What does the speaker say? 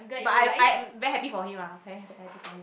but I I'm very happy for him lah very happy happy for him